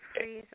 please